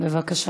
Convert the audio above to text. בבקשה,